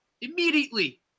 immediately